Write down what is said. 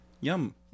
Yum